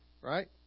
right